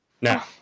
now